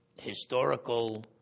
historical